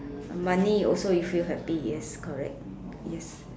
money also you feel happy yes correct yes